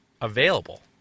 available